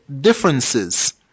differences